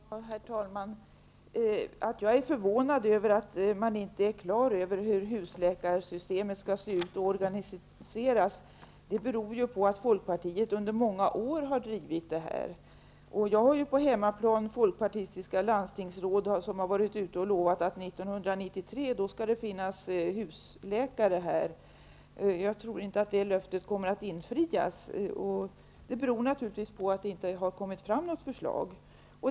Herr talman! Att jag är förvånad över att man inte är klar över hur husläkarsystemet skall se ut och organiseras beror på att Folkpartiet under många år har drivit detta. Jag har på hemmaplan folkpartistiska landstingsråd som har lovat att det 1993 skall finnas husläkare. Jag tror inte att det löftet kommer att infrias. Det beror naturligtvis på att det inte kommit fram något förslag.